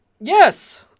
Yes